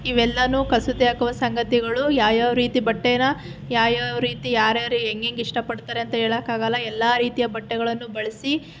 ಇವೆಲ್ಲನೂ ಕಸೂತಿ ಹಾಕುವ ಸಂಗತಿಗಳು ಯಾವ್ಯಾವ ರೀತಿ ಬಟ್ಟೆನ ಯಾವ್ಯಾವ ರೀತಿ ಯಾರು ಯಾರು ಹೆಂಗೆ ಹೆಂಗೆ ಇಷ್ಟ ಪಡ್ತಾರೆ ಅಂತ ಹೇಳೋಕ್ಕಾಗಲ್ಲ ಎಲ್ಲ ರೀತಿಯ ಬಟ್ಟೆಗಳನ್ನು ಬಳಸಿ